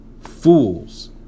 fools